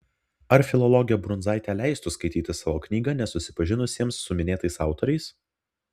ar filologė brundzaitė leistų skaityti savo knygą nesusipažinusiesiems su minėtais autoriais